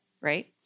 Right